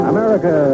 America